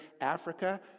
Africa